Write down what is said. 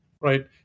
right